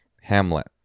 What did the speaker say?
Hamlet